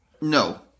No